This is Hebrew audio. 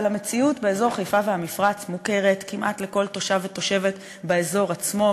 אבל המציאות באזור חיפה והמפרץ מוכרת כמעט לכל תושב ותושבת באזור עצמו,